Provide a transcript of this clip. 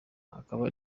akaba